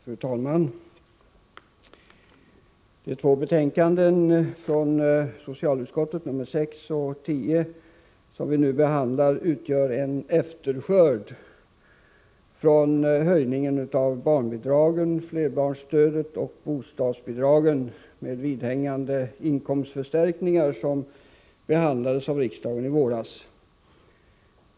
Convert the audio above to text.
Fru talman! De två betänkanden från socialutskottet, nr 6 och 10, som vi nu behandlar, innebär en efterskörd från höjningen av barnbidragen, flerbarnsstödet och bostadsbidragen med vidhängande inkomstförstärkningar, som behandlades av riksdagen i våras.